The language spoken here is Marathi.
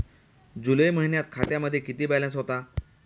जुलै महिन्यात खात्यामध्ये किती बॅलन्स होता?